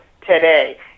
today